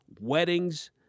weddings